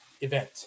event